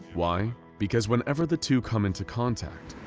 why? because whenever the two come into contact,